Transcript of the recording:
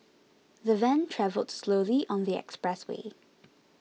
the van travelled slowly on the expressway